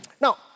Now